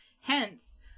Hence